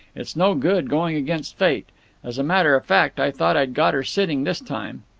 it's no good going against fate. as a matter of fact i thought i'd got her sitting this time.